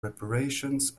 reparations